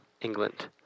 England